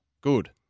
Good